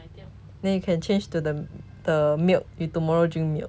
then you can change to the the milk you tomorrow drink milk